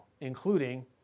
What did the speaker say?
including